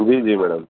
જી જી મેડમ